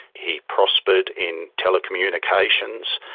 he prospered in telecommunications,